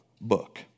book